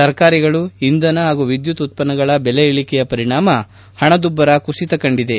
ತರಕಾರಿಗಳು ಇಂಧನ ಹಾಗೂ ವಿದ್ಯುತ್ ಉತ್ಪನ್ನಗಳ ಬೆಲೆ ಇಳಿಕೆಯ ಪರಿಣಾಮ ಹಣದುಬ್ಬರ ಕುಸಿತ ಕಂಡಿದೆ